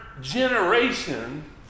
generation